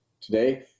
Today